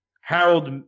Harold